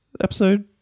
episode